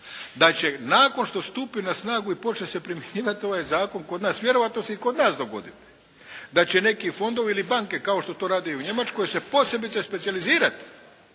da će nakon što stupi na snagu i počne se primjenjivati ovaj zakon kod nas vjerojatno će se i kod nas dogoditi da će neki fondovi ili banke kao što to radi i u Njemačkoj se posebice specijalizirati